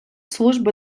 служби